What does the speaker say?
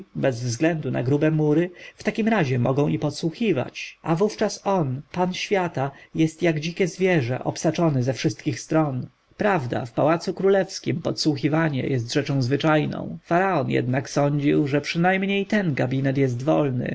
bez względu na grube mury w takim razie mogą i podsłuchiwać a wówczas on pan świata jest jak dzikie zwierzę obsaczony ze wszystkich stron prawda w pałacu królewskim podsłuchiwanie było rzeczą zwyczajną faraon jednak sądził że przynajmniej ten gabinet jest wolny